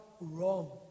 wrong